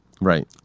Right